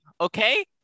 okay